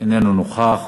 אינו נוכח,